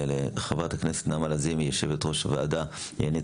לחברת הכנסת נעמה לזימי יושבת-ראש הוועדה לענייני